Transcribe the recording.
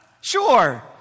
Sure